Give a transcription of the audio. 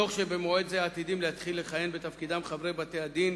תוך שבמועד זה עתידים להתחיל לכהן בתפקידם חברי בתי-הדין